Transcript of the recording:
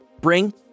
Bring